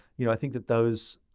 you know, i think that those,